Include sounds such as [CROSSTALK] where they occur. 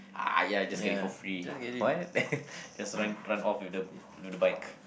!aiya! just get it for free what [LAUGHS] just run run off with the the bike